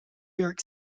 york